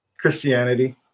Christianity